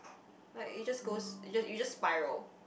like it just goes it just it just spiral